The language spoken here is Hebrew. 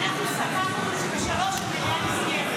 אנחנו סגרנו שב-15:00 המליאה נסגרת.